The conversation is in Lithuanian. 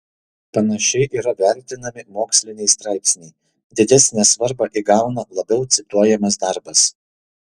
panašiai yra vertinami moksliniai straipsniai didesnę svarbą įgauna labiau cituojamas darbas